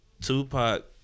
Tupac